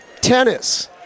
tennis